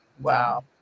Wow